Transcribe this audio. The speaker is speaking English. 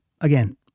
again